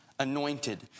Anointed